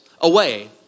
away